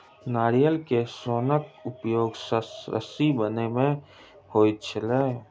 नारियल के सोनक उपयोग रस्सी बनबय मे होइत छै